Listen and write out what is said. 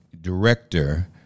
director